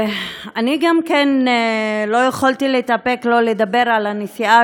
גם אני לא יכולתי להתאפק ולא לדבר על הנסיעה